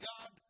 God